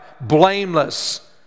...blameless